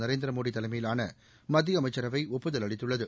நரேந்திர மோடி தலைமையிலாள மத்திய அமைச்சரவை ஒப்புதல் அளித்துள்ளது